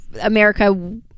America